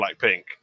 Blackpink